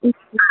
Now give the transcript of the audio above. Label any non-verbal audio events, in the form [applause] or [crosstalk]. [unintelligible]